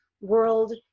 world